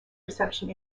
reception